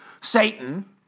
Satan